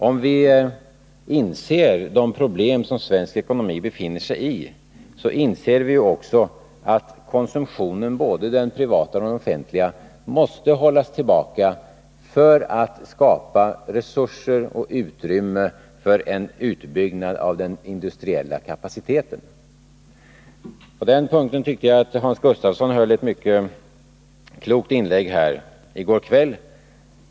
Om vi inser de problem som svensk ekonomi i dag brottas med, då inser vi också att konsumtionen, både den privata och den offentliga, måste hållas tillbaka för att vi skall kunna skapa resurser och utrymme för en utbyggnad av den industriella kapaciteten. Hans Gustafsson höll i går kväll ett mycket klokt anförande om just detta.